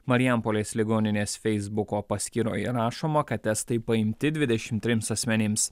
marijampolės ligoninės feisbuko paskyroje rašoma kad testai paimti dvidešim trims asmenims